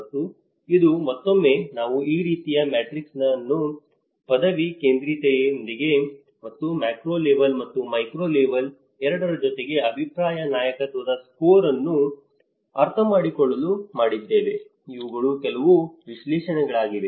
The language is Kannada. ಮತ್ತು ಇದು ಮತ್ತೊಮ್ಮೆ ನಾವು ಈ ರೀತಿಯ ಮ್ಯಾಟ್ರಿಕ್ಸ್ ಅನ್ನು ಪದವಿ ಕೇಂದ್ರೀಯತೆಯೊಂದಿಗೆ ಮತ್ತು ಮ್ಯಾಕ್ರೋ ಲೆವೆಲ್ ಮತ್ತು ಮೈಕ್ರೋ ಲೆವೆಲ್ ಎರಡರ ಜೊತೆಗೆ ಅಭಿಪ್ರಾಯ ನಾಯಕತ್ವದ ಸ್ಕೋರ್ ಅನ್ನು ಅರ್ಥಮಾಡಿಕೊಳ್ಳಲು ಮಾಡಿದ್ದೇವೆ ಇವುಗಳು ಕೆಲವು ವಿಶ್ಲೇಷಣೆಗಳಾಗಿವೆ